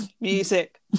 Music